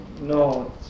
No